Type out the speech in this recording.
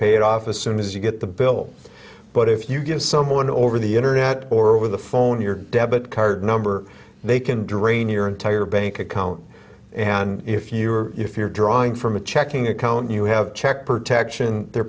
it off as soon as you get the bill but if you give someone over the internet or over the phone your debit card number they can drain your entire bank account and if you are if you're drawing from a checking account you have check protection they're